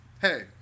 Hey